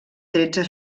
tretze